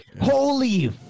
Holy